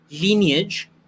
lineage